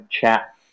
chat